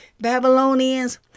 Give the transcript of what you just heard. Babylonians